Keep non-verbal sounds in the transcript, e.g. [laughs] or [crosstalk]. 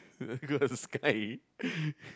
[laughs] sky